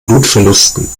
blutverlusten